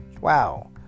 Wow